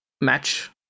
match